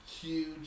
huge